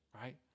right